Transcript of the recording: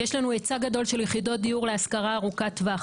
יש לנו היצע גדול של יחידות דיור להשכרה ארוכת טווח